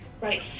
right